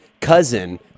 cousin